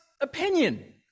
opinion